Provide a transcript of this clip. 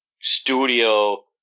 studio